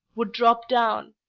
would drop down,